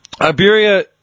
Iberia